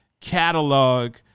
catalog